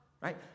right